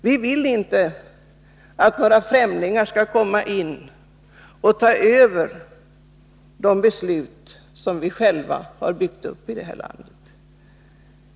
Vi vill inte att några främlingar skall komma in och ta över de beslut som vi själva har byggt upp i det här landet.